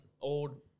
old